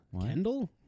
Kendall